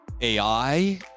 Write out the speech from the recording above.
AI